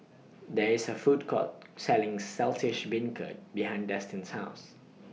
There IS A Food Court Selling Saltish Beancurd behind Destin's House